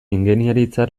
ingeniaritza